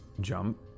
jump